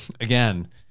again